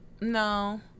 no